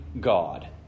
God